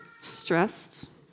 stressed